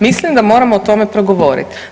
Mislim da moramo o tome progovorit.